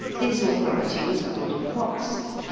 this authority was called a proxy.